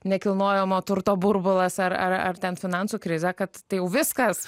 nekilnojamo turto burbulas ar ar ar ten finansų krizė kad tai jau viskas